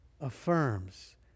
affirms